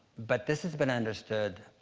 but this has been understood